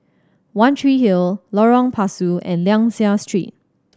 One Tree Hill Lorong Pasu and Liang Seah Street